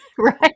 Right